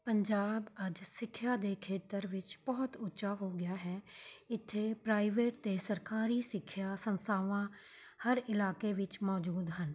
ਪੰਜਾਬ ਅੱਜ ਸਿੱਖਿਆ ਦੇ ਖੇਤਰ ਵਿੱਚ ਬਹੁਤ ਉੱਚਾ ਹੋ ਗਿਆ ਹੈ ਇੱਥੇ ਪ੍ਰਾਈਵੇਟ ਅਤੇ ਸਰਕਾਰੀ ਸਿੱਖਿਆ ਸੰਸਥਾਵਾਂ ਹਰ ਇਲਾਕੇ ਵਿੱਚ ਮੌਜੂਦ ਹਨ